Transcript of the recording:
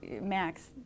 Max